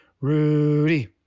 Rudy